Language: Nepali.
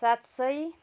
सात सय